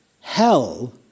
Hell